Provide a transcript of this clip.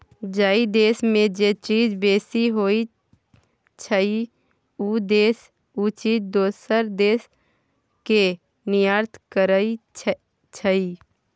जइ देस में जे चीज बेसी होइ छइ, उ देस उ चीज दोसर देस के निर्यात करइ छइ